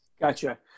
Gotcha